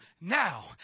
now